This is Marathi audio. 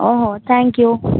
हो हो थँक्यू